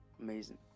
amazing